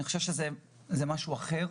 אני חושב שמדובר במשהו אחר,